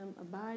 Abide